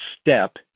step